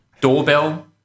doorbell